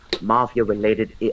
mafia-related